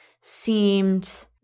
seemed